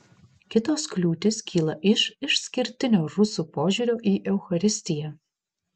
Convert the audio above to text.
kitos kliūtis kyla iš išskirtinio rusų požiūrio į eucharistiją